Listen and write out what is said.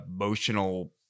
emotional